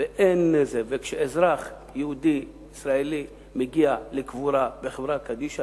וכשאזרח יהודי-ישראלי מגיע לקבורה בחברה קדישא,